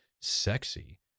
sexy